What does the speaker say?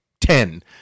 ten